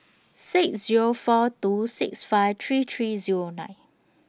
six Zero four two six five three three Zero nine